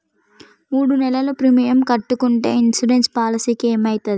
మూడు నెలలు ప్రీమియం కట్టకుంటే ఇన్సూరెన్స్ పాలసీకి ఏమైతది?